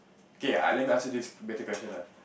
K ah let me ask you this better question ah